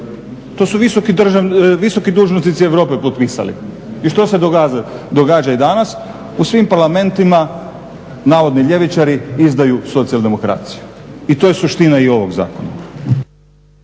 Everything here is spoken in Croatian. To su visoki dužnosnici Europe potpisali. I što se događa i danas? U svim parlamentima navodni ljevičari izdaju socijaldemokraciju. I to je suština ovog zakona.